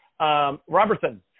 Robertson